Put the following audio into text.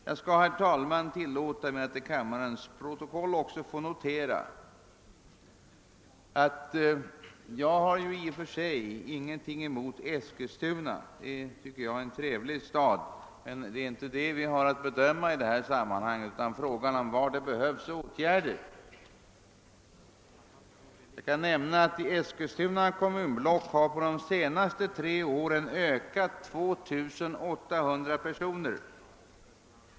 Jag tillåter mig, herr talman, att till kammarens protokoll också få noterat att jag i och för sig inte har något emot Eskilstuna, som enligt min mening är en trevlig stad. Det är emellertid inte detta vi har att ta ställning till i det här sammanhanget, utan frågan gäller var åtgärder behövs. Jag kan nämna att Eskilstuna kommunblock under de senaste tre åren ökat med 2 800 personer.